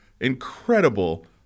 incredible